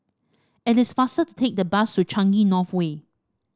it is faster to take the bus to Changi North Way